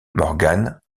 morgan